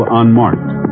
unmarked